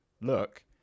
Look